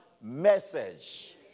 message